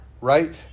right